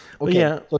Okay